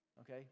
okay